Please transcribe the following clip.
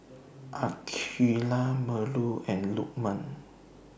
Aqeelah Melur and Lukman